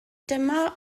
dyma